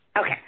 Okay